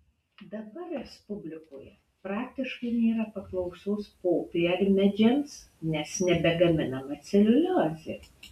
dabar respublikoje praktiškai nėra paklausos popiermedžiams nes nebegaminama celiuliozė